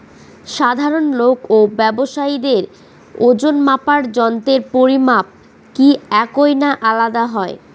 সাধারণ লোক ও ব্যাবসায়ীদের ওজনমাপার যন্ত্রের পরিমাপ কি একই না আলাদা হয়?